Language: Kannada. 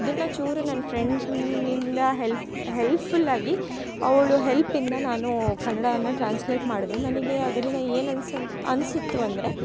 ಅದನ್ನ ಚೂರು ನನ್ನ ಫ್ರೆಂಡ್ಸಿನಿಂದ ಹೆಲ್ಫುಲ್ಲಾಗಿ ಅವಳು ಹೆಲ್ಪಿಂದ ನಾನು ಕನ್ನಡವನ್ನು ಟ್ರಾನ್ಸ್ಲೇಟ್ ಮಾಡಿದೆ ನನಗೆ ಅದರಿಂದ ಏನು ಅನ್ಸು ಅನ್ಸಿತ್ತು ಅಂದರೆ